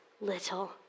little